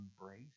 embrace